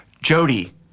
Jody